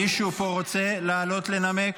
מישהו פה רוצה לעלות לנמק?